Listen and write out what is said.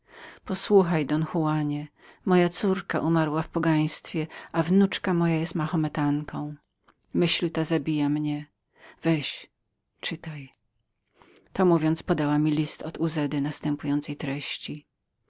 posłuchaj don juanie moja córka umarła w pogaństwie wnuczka moja zaś jest mahometanką myśl ta zabija mnie weź czytaj to mówiąc podała mi list od uzedy następującej treści